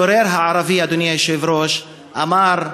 אדוני היושב-ראש, המשורר הערבי אמר,